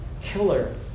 killer